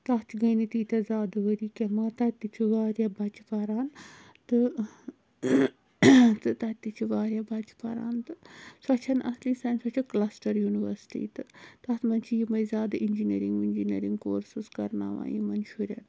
تَتھ گٔیہِ نہٕ تیٖتیٛاہ زیادٕ ؤری کیٚنٛہہ مَگَر تَتہِ تہِ چھِ وارِیاہ بَچہِ پَران تہٕ تہٕ تَتہِ تہِ چھِ وارِیاہ بَچہِ پَران تہٕ سۅ چھَنہٕ اَصلی سینٹرَل سۅ چھِ کَلَسٹَر یونیوَرسِٹی تہٕ تَتھ منٛز چھِ یِمٕے زیادٕ تہٕ اِنجِیٖنٔرِنٛگ وِنجیٖنٔرِنٛگ کورسِس کَرٕناوان یمَن شُریَن